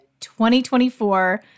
2024